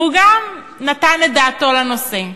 וגם הוא נתן את דעתו לנושא.